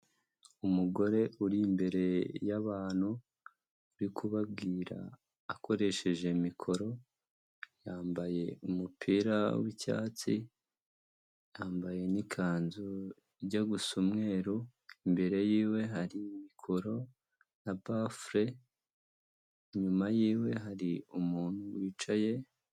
Umugore uri imbere y'abantu uri kubabwira akoresheje mikoro, yambaye umupira w'icyatsi, yambaye n'ikanzu ijya gusa umweru, imbere yiwe hari mikoro na bafule, inyuma yiwe hari umuntu wicaye.